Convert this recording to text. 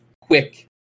quick